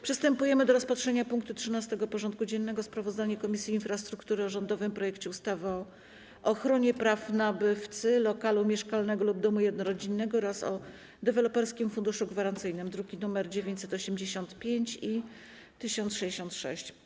Przystępujemy do rozpatrzenia punktu 13. porządku dziennego: Sprawozdanie Komisji Infrastruktury o rządowym projekcie ustawy o ochronie praw nabywcy lokalu mieszkalnego lub domu jednorodzinnego oraz o Deweloperskim Funduszu Gwarancyjnym (druki nr 985 i 1066)